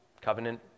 Covenant